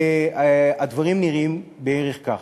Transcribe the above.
הדברים נראים בערך כך: